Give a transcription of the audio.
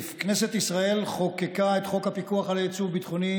ההשתלמות של העובדים בבחריין.